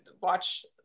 watch